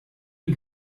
die